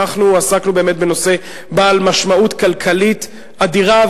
אנחנו עסקנו באמת בנושא בעל משמעות כלכלית אדירה,